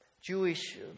Jewish